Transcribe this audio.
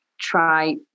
try